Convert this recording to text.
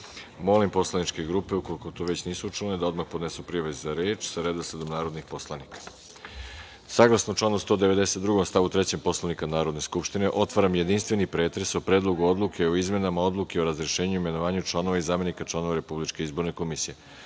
grupe. Molim poslaničke grupe, ukoliko to već nisu učinile, da odmah podnesu prijave za reč sa redosledom narodnih poslanika. Saglasno članu 192. stav 3. Poslovnika Narodne skupštine, otvaram jedinstveni pretres o Predlogu odluke o izmenama odluke o razrešenju i imenovanju članova i zamenika članova Republičke izborne komisije. Da